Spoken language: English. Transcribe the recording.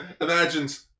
Imagine's